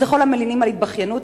אז לכל המלינים על התבכיינות,